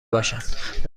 باشد